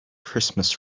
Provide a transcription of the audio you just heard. christmas